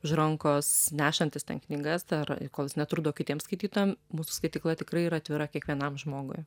už rankos nešantis ten knygas ar kol jis netrukdo kitiem skaitytojam mūsų skaitykla tikrai yra atvira kiekvienam žmogui